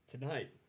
Tonight